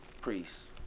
priests